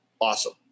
Awesome